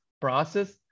process